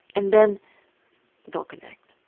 and then they'll connect.